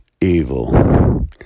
evil